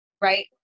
right